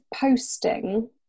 posting